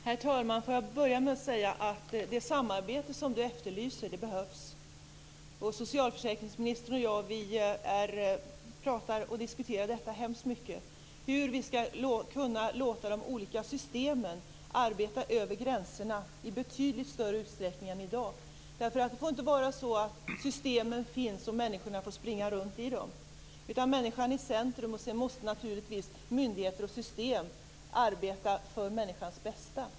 Herr talman! Det samarbete som Gunnar Goude efterlyser behövs. Socialförsäkringsministern och jag pratar mycket om detta. Det gäller hur vi kan låta de olika systemen arbeta över gränserna i betydligt större utsträckning än i dag. Det får inte vara så att systemen finns och att människorna får springa runt i dem. Människan skall vara i centrum. Sedan måste naturligtvis myndigheter och system arbeta för människans bästa.